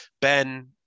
Ben